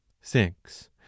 Six